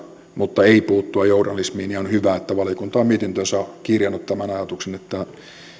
mutta ei puuttua journalismiin ja on hyvä että valiokunta on mietintöönsä kirjannut tämän ajatuksen